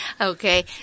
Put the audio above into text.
Okay